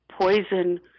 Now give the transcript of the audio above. poison